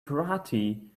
karate